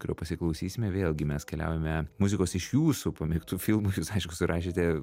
kurio pasiklausysime vėlgi mes keliaujame muzikos iš jūsų pamėgtų filmų jūs aišku surašėte